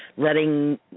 letting